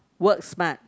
work smart